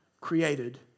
created